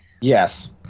yes